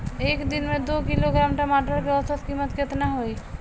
एक दिन में दो किलोग्राम टमाटर के औसत कीमत केतना होइ?